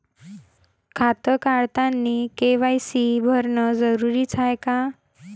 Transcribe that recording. खातं काढतानी के.वाय.सी भरनं जरुरीच हाय का?